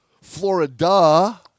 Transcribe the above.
Florida